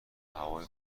هوای